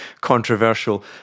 controversial